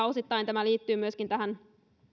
osittain tämä liittyy myöskin tähän